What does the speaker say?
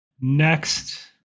next